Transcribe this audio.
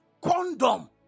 Condom